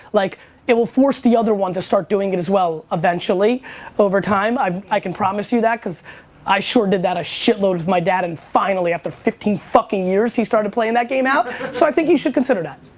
like it will force the other one to start doing it as well eventually over time i can promise you that cause i sure did that a shit load with my dad and finally after fifteen fucking years, he started playing that game out. so, i think you should consider that.